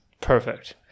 perfect